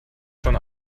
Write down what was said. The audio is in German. schon